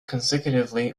consecutively